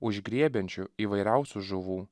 užgriebiančiu įvairiausių žuvų